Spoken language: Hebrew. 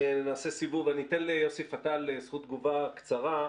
אני אתן ליוסי פתאל זכות תגובה קצרה,